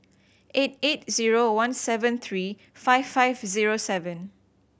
eight eight zero one seven three five five zero seven